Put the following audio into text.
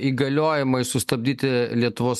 įgaliojimai sustabdyti lietuvos